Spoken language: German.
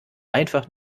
einfach